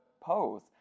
Pose